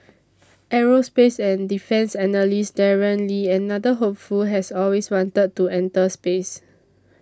aerospace and defence analyst Darren Lee another hopeful has always wanted to enter space